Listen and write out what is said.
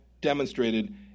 demonstrated